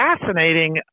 fascinating